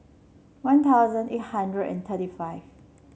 One Thousand eight hundred and thirty five